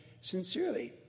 sincerely